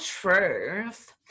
truth